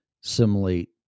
simulate